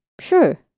Sure